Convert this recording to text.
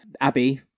Abby